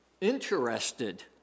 interested